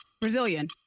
Brazilian